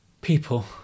People